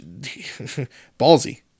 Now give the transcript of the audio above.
ballsy